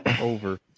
Over